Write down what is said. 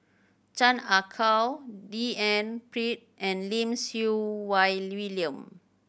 Chan Ah Kow D N Pritt and Lim Siew Wai William